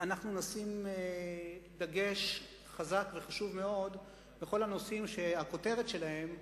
אנחנו נשים דגש חזק וחשוב מאוד בכל הנושאים שהכותרת שלהם,